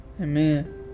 amen